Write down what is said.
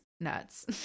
nuts